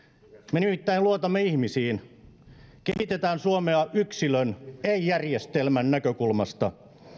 me luotamme ihmisiin kehitetään suomea yksilön ei järjestelmän näkökulmasta